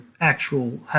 actual